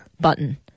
button